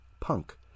punk